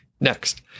next